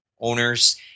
owners